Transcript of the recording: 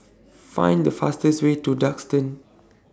Find The fastest Way to Duxton